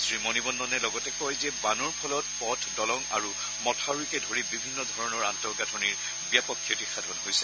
শ্ৰীমণিৱন্ননে লগতে কয় যে বানৰ ফলত পথ দলং আৰু মথাউৰিকে ধৰি বিভিন্নধৰণৰ আন্তঃগাথনিৰ ব্যপক ক্ষতিসাধন হৈছে